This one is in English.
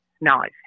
knowledge